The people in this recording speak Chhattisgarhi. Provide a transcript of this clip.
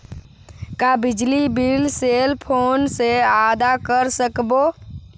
का बिजली बिल सेल फोन से आदा कर सकबो?